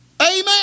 Amen